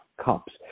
Cups